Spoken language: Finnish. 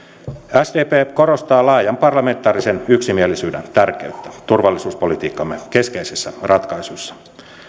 sdp korostaa laajan parlamentaarisen yksimielisyyden tärkeyttä turvallisuuspolitiikkamme keskeisissä ratkaisussa